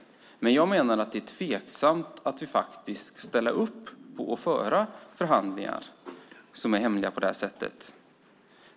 Men jag menar att det är tveksamt att ställa upp på och föra förhandlingar som är hemliga på detta sätt.